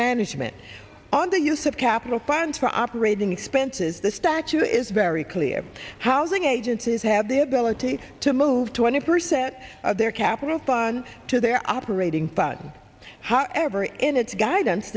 management on the use of capital funds for operating expenses the statue is very clear housing agencies have the ability to move twenty percent of their capital fun to their operating pod however in its guidance